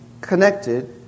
connected